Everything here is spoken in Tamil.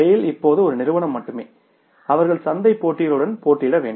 செய்ல் இப்போது ஒரு நிறுவனம் மட்டுமே அவர்கள் சந்தை போட்டிகளுடன் போட்டியிட வேண்டும்